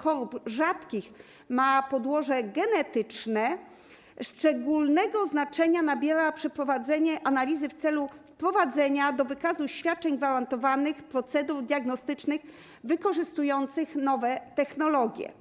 chorób rzadkich ma podłoże genetyczne, szczególnego znaczenia nabiera przeprowadzenie analizy w celu wprowadzenia do wykazu świadczeń gwarantowanych procedur diagnostycznych wykorzystujących nowe technologie.